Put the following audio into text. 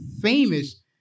famous